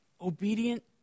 Obedient